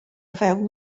fewn